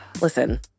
Listen